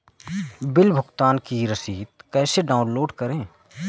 Bill भुगतान की रसीद कैसे डाउनलोड करें?